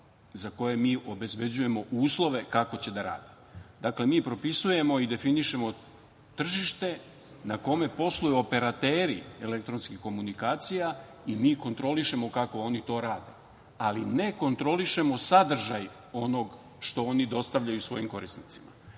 za koje mi obezbeđujemo uslove kako će da rade. Dakle, mi propisujemo i definišemo tržište na kome posluju operateri elektronskih komunikacija i mi kontrolišemo kako oni to rade, ali ne kontrolišemo sadržaj onog što oni dostavljaju svojim korisnicima. Mi